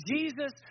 Jesus